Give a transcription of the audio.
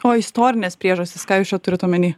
o istorines priežastis ką jūs čia turit omeny